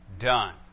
done